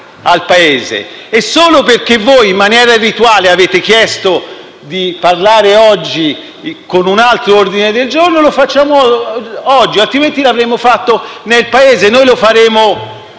e solo perché voi, in maniera irrituale, avete chiesto di parlarne oggi che c'è un altro ordine del giorno, lo facciamo oggi, altrimenti lo avremmo fatto nel Paese. Noi lo faremo